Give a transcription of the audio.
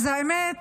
אז האמת,